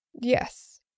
Yes